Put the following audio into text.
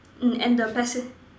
mm and passen~